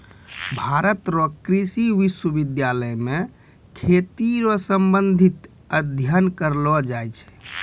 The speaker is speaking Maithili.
भारत रो कृषि विश्वबिद्यालय मे खेती रो संबंधित अध्ययन करलो जाय छै